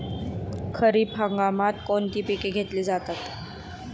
खरीप हंगामात कोणती पिके घेतली जातात?